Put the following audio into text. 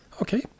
Okay